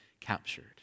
captured